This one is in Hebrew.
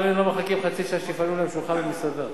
מינימום לא מחכים חצי שעה שיפנו להם שולחן במסעדה.